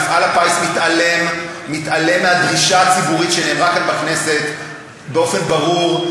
מפעל הפיס מתעלם מהדרישה הציבורית שנאמרה כאן בכנסת באופן ברור,